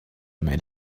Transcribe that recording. made